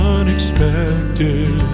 unexpected